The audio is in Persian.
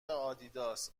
آدیداس